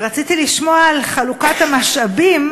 רציתי לשמוע על חלוקת המשאבים,